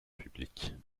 publique